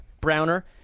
Browner